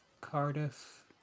Cardiff